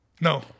No